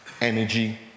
energy